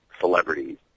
Celebrities